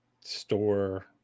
store